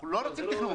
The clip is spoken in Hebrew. אנחנו לא רוצים תכנון,